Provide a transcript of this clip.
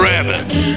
Rabbits